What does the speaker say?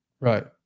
Right